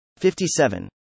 57